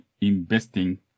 investing